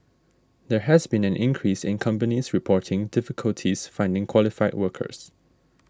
there has been an increase in companies reporting difficulties finding qualified workers